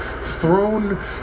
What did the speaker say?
thrown